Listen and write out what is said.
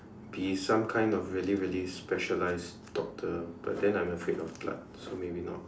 be some kind of really really specialised doctor but then I'm afraid of blood so maybe not